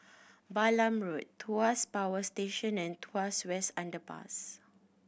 Balam Road Tuas Power Station and Tuas West Underpass